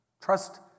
Trust